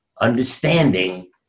understanding